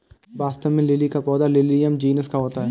वास्तव में लिली का पौधा लिलियम जिनस का होता है